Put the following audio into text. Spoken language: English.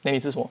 then 你吃什么